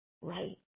right